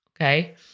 Okay